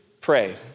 Pray